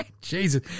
Jesus